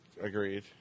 Agreed